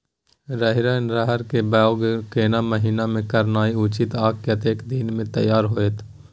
रहरि या रहर के बौग केना महीना में करनाई उचित आ कतेक दिन में तैयार होतय?